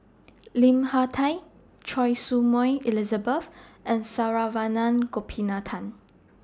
Lim Hak Tai Choy Su Moi Elizabeth and Saravanan Gopinathan